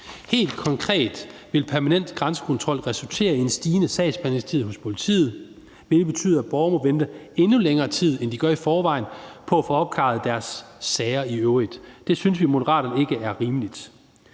Helt konkret vil permanent grænsekontrol resultere i en stigende sagsbehandlingstid hos politiet, hvilket betyder, at borgerne må vente endnu længere tid på at få opklaret deres sager, end de i øvrigt gør i forvejen. Det synes vi i Moderaterne ikke er rimeligt.